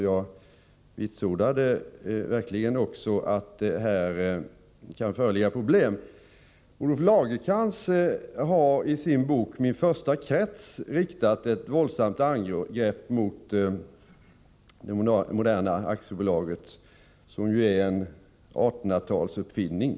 Jag vitsordade verkligen också att här kan föreligga problem. Olof Lagercrantz har i sin bok ”Min första krets” riktat ett våldsamt angrepp mot det moderna aktiebolaget, som är en 1800-talsuppfinning.